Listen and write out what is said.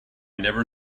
never